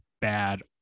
bad